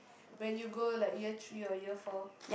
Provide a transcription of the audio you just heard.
when you go like year three or year four